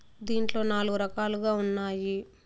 దీంట్లో నాలుగు రకాలుగా ఉన్నాయి